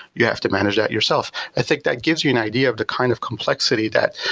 you have to manage that yourself, i think that gives you an idea of the kind of complexity that,